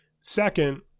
Second